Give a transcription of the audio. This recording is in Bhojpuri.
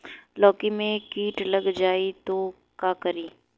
लौकी मे किट लग जाए तो का करी?